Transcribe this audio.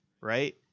right